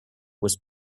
was